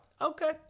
Okay